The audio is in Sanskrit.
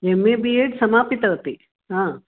एम् ए बि एड् समापितवती हा